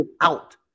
out